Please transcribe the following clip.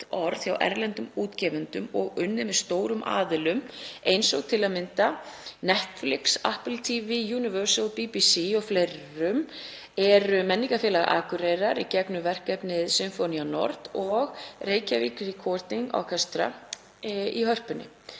hjá erlendum útgefendum og unnið með stórum aðilum eins og til að mynda Netflix, Apple TV, Universal, BBC og fleirum, eru Menningarfélag Akureyrar í gegnum verkefnið SinfoniaNord og Reykjavík Recording Orchestra í Hörpu.